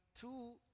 two